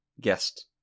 guest